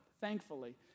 Thankfully